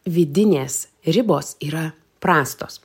vidinės ribos yra prastos